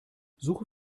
suche